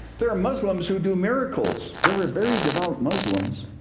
there are muslims who do miracles. there were a very devout muslims,